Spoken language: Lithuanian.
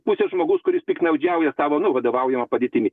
pusės žmogus kuris piktnaudžiauja tavo nu vadovaujama padėtimi